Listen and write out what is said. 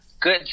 good